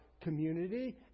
community